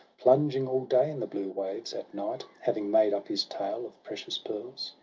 plunging all day in the blue waves, at night, having made up his tale of precious pearls,